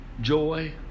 joy